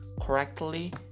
correctly